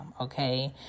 okay